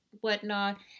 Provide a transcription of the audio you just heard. whatnot